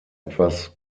etwas